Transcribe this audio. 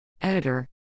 Editor